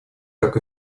как